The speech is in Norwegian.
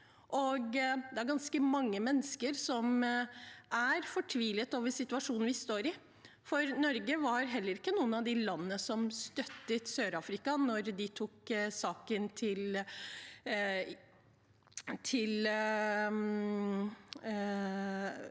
Det er ganske mange mennesker som er fortvilet over situasjonen vi står i. Norge var heller ikke et av de landene som støttet Sør-Afrika da de tok saken til Den